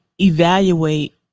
evaluate